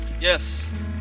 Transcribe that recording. Yes